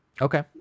Okay